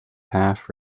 half